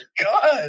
God